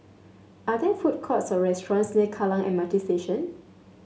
are there food courts or restaurants near Kallang M R T Station